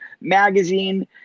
magazine